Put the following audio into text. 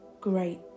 great